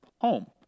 home